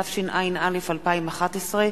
התשע"א 2011,